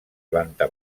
planta